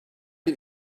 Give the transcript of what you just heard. bir